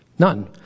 None